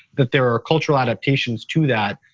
that there are cultural adaptations to that,